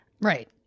Right